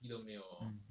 mm